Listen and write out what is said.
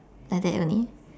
like that only